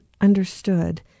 understood